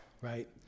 Right